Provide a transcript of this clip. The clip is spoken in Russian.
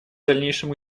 дальнейшем